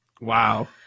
wow